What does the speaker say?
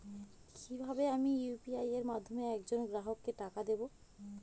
কিভাবে আমি ইউ.পি.আই এর মাধ্যমে এক জন গ্রাহককে টাকা দেবো?